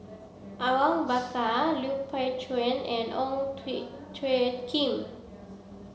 Awang Bakar Lui Pao Chuen and Ong Tjoe Kim